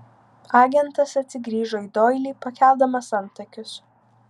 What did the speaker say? agentas atsigrįžo į doilį pakeldamas antakius